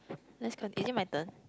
let's conti~ is it my turn